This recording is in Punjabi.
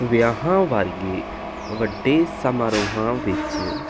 ਵਿਆਹਾਂ ਵਰਗੇ ਵੱਡੇ ਸਮਾਰੋਹਾਂ ਵਿੱਚ